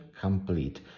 complete